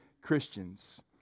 Christians